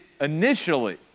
initially